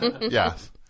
yes